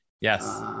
Yes